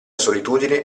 solitudine